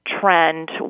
trend